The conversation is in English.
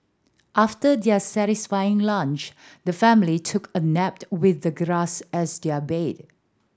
after their satisfying lunch the family took a nap with the grass as their bed